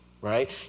right